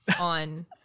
on